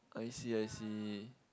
I see I see